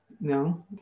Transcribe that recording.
no